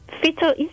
fetal